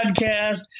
podcast